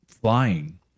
flying